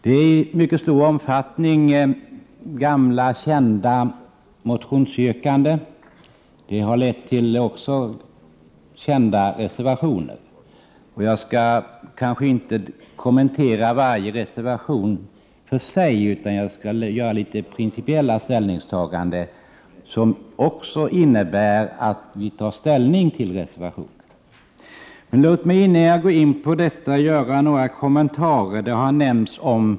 Det är i mycket stor utsträckning gamla kända motionsyrkanden, som också har lett till gamla kända reservationer. Jag skall inte kommentera varje reservation för sig utan i stället ange några principiella ståndpunkter, som också legat till grund för ställningstagandet till motionerna. Låt mig innan jag går in på detta göra några kommentarer till en del av det som sagts i debatten.